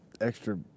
extra